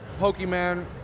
Pokemon